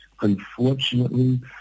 Unfortunately